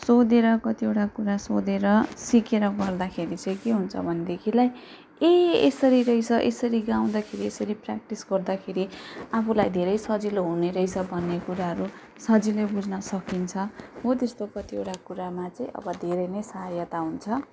सोधेर कतिवटा कुरा सोधेर सिकेर गर्दाखेरि चाहिँ के हुन्छ भनेदेखिलाई ए यसरी रहेछ यसरी गाउँदाखेरि यसरी प्र्याक्टिस गर्दाखेरि आफूलाई धेरै सजिलो हुने रहेछ भन्ने कुराहरू सजिलै बुझ्न सकिन्छ हो त्यस्तो कतिवटा कुरामा चाहिँ अब धेरै नै सहायता हुन्छ